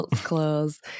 clothes